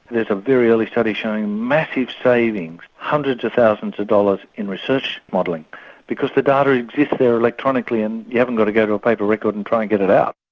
a very early study showing massive savings, hundreds of thousands of dollars in research modelling because the data exists there electronically and you haven't got to go to a paper record and try and get it out.